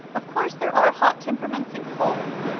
of course there are hot temperaments and cold,